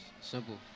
simple